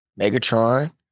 Megatron